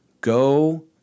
Go